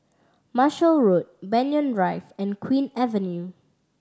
Marshall Road Banyan Drive and Queen Avenue